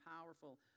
powerful